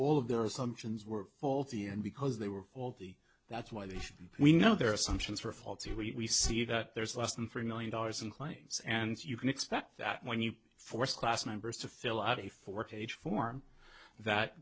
all of their assumptions were faulty and because they were all the that's why they should we know their assumptions were faulty we see that there's less than three million dollars in claims and you can expect that when you force class members to fill out a four page form that